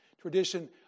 Tradition